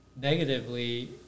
negatively